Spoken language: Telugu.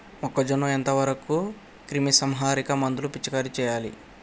మొక్కజొన్న ఎంత వరకు క్రిమిసంహారక మందులు పిచికారీ చేయాలి?